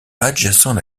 adjacent